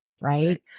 right